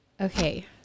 Okay